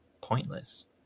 pointless